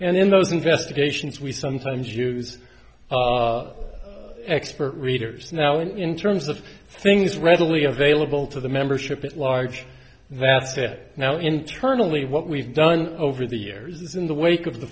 and in those investigations we sometimes use expert readers now in terms of things readily available to the membership at large vast it now internally what we've done over the years is in the wake of the